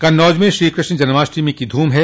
कन्नौज में श्रीकृष्ण जन्माष्टमी की धूम है